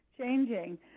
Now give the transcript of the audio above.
changing